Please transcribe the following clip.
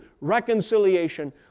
reconciliation